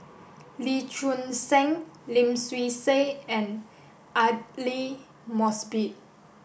Lee Choon Seng Lim Swee Say and Aidli Mosbit